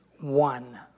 one